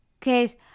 case